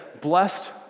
blessed